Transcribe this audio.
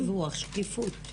לא דיווח, שקיפות.